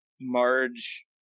marge